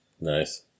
Nice